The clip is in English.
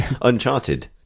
uncharted